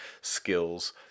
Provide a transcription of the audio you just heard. skills